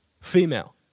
female